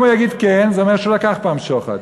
אם הוא יגיד כן, זה אומר שהוא לקח פעם שוחד.